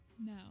No